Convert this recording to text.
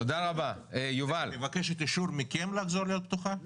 היא מבקשת אישור מכם לחזור להיות פתוחה?